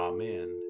Amen